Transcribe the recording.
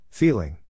Feeling